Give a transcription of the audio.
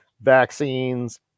vaccines